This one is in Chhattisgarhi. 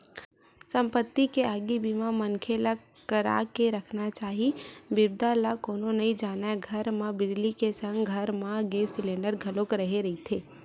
संपत्ति के आगी बीमा मनखे ल करा के रखना चाही बिपदा ल कोनो नइ जानय घर म बिजली के संग घर म गेस सिलेंडर घलोक रेहे रहिथे